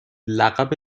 لقب